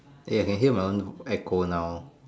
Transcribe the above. ya I can hear my own echo now